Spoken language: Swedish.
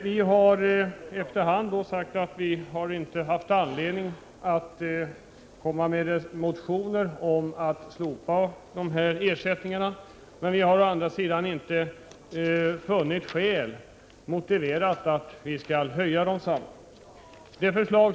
Vi har inte ansett att vi har haft anledning att framlägga motioner om att slopa dessa ersättningar, men vi har å andra sidan inte funnit det motiverat att höja ersättningarna.